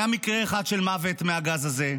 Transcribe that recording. היה מקרה אחד של מוות מהגז הזה,